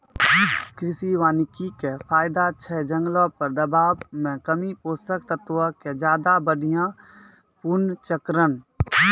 कृषि वानिकी के फायदा छै जंगलो पर दबाब मे कमी, पोषक तत्वो के ज्यादा बढ़िया पुनर्चक्रण